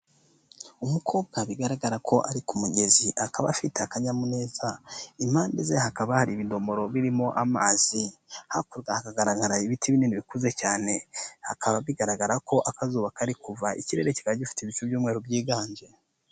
Umukobwa bigaragara ko ari ku mugezi akaba afite akanyamuneza, impande ze hakaba hari ibidomoro birimo amazi. Hakurya hakagaragara ibiti binini bikuze cyane. Hakaba bigaragara ko akazuba kari kuva, ikirere kikaba gifite ibicu by'umweru byiganje.